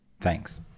Thanks